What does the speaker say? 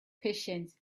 patience